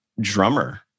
drummer